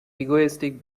egoistic